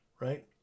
right